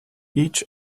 each